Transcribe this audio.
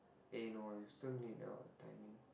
eh no you still need your timing